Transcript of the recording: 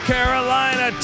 Carolina